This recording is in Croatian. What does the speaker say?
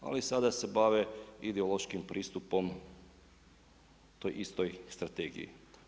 Ali sada se bave ideološkim pristupom toj istoj strategiji.